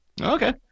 Okay